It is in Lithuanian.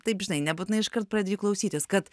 taip žinai nebūtinai iškart pradedi jų klausytis kad